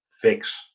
fix